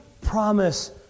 promise